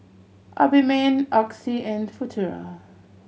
Obimin Oxy and Futuro